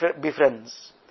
befriends